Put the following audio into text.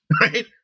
right